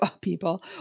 people